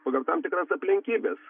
pagal tam tikras aplinkybes